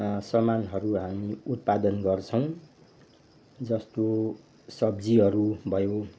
सामानहरू हामी उत्पादन गर्छौँ जस्तो सब्जीहरू भयो